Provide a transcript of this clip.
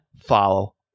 follow